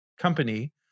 company